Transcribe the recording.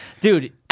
Dude